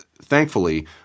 Thankfully